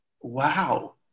Wow